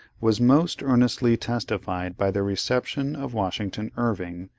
was most earnestly testified by their reception of washington irving,